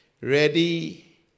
Ready